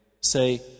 Say